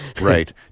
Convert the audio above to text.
Right